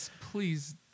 please